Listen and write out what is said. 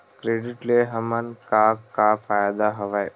Credit ले हमन का का फ़ायदा हवय?